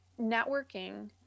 networking